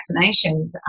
vaccinations